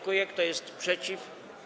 Kto jest przeciw?